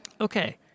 okay